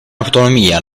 autonomia